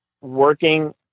working